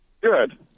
Good